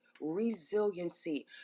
Resiliency